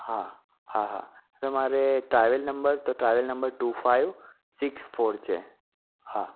હા હા હા તમારે ટ્રાવેલ નંબર તો travel number two five six four છે હા